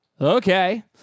okay